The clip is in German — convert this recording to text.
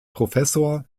professor